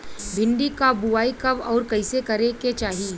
भिंडी क बुआई कब अउर कइसे करे के चाही?